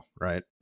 right